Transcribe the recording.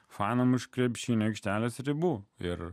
fanams už krepšinio aikštelės ribų ir